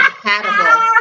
compatible